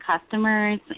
customers